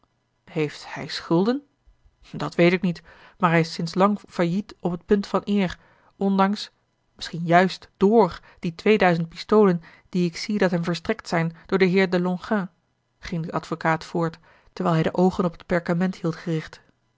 heeft hij schulden dat weet ik niet maar hij is sinds lang failliet op het punt van eer ondanks misschien juist door die tweeduizend pistolen die ik zie dat hem verstrekt zijn door den heere de a l g bosboom-toussaint de delftsche wonderdokter eel ging de advocaat voort terwijl hij de oogen op het perkament hield gericht